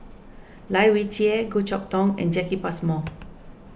Lai Weijie Goh Chok Tong and Jacki Passmore